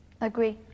Agree